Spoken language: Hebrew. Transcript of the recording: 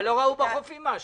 אבל לא ראו בחופים משהו,